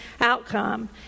outcome